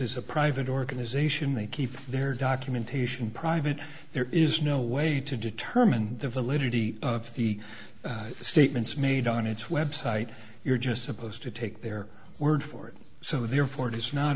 is a private organization they keep their documentation private there is no way to determine the validity of the statements made on its website you're just supposed to take their word for it so therefore it is not